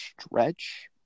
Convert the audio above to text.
stretch